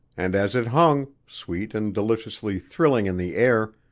and as it hung, sweet and deliciously thrilling in the air,